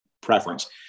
preference